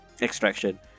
extraction